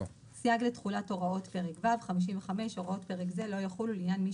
55.סייג לתחולת הוראות פרק ו' הוראות פרק זה לא יחולו לעניין מי